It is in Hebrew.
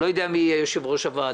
אני לא יודע מי יהיה יושב-ראש הוועדה,